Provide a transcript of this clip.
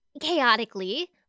chaotically